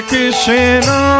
Krishna